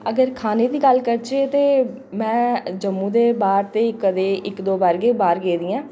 अगर खाने दी गल्ल करचै ते में जम्मू दे बाह्र दे कदें इक दो बार गै बाह्र गेदी आं